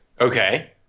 okay